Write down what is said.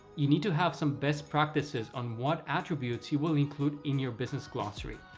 you need to have some best practices on what attributes you will include in your business glossary.